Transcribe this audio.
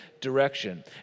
direction